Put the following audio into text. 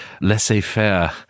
laissez-faire